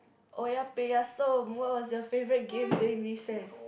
oya-beh-ya-som what was your favourite game during recess